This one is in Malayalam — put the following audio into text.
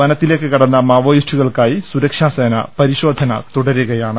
വനത്തിലേക്കു കടന്ന മാവോയിസ്റ്റുകൾക്കായി സുരക്ഷാ സേന പരിശോധിന തുടരുകയാണ്